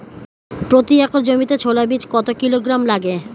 প্রতি একর জমিতে ছোলা বীজ কত কিলোগ্রাম লাগে?